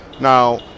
Now